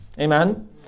Amen